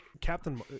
Captain